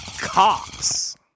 Cox